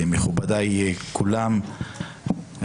מכובדיי כולם,